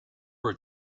were